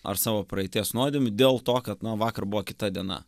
ar savo praeities nuodėmių dėl to kad na vakar buvo kita diena